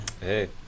Hey